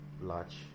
large